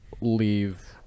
leave